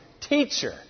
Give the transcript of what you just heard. Teacher